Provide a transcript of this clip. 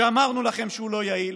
שאמרנו לכם שהוא לא יעיל,